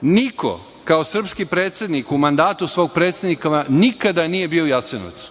niko kao srpski predsednik u mandatu svog predsednika nije bio u Jasenovcu.